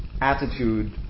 attitude